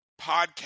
podcast